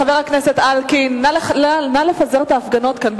חבר הכנסת אלקין, נא לפזר את ההפגנות כאן.